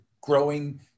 growing